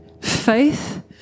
faith